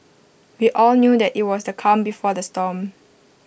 we all knew that IT was the calm before the storm